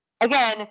Again